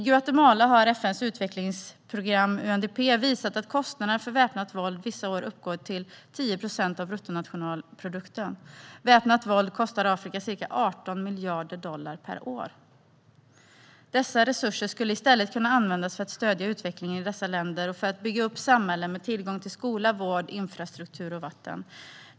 FN:s utvecklingsprogram, UNDP, har visat att kostnaderna för väpnat våld vissa år uppgått till 10 procent av bruttonationalprodukten i Guatemala. Väpnat våld kostar Afrika ca 18 miljarder dollar per år. Dessa resurser skulle i stället kunna användas för att stödja utvecklingen i dessa länder och för att bygga upp samhällen med tillgång till skola, vård, infrastruktur och vatten.